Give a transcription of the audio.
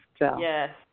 Yes